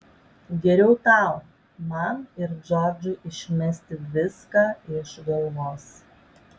geriau tau man ir džordžui išmesti viską iš galvos